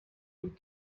would